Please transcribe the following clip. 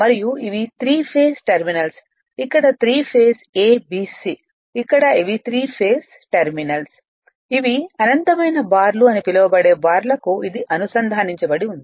మరియు ఇవి three phase terminals ఇక్కడ త్రి ఫేస్ ABC అక్కడ ఇవి త్రి ఫేస్ టెర్మినల్స్ ఇవి అనంతమైన బార్లు అని పిలువబడే బార్లకు ఇది అనుసంధానించబడి ఉంది